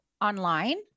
online